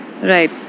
Right